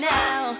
now